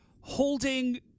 holding